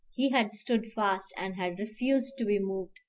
he had stood fast, and had refused to be moved,